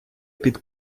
під